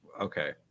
okay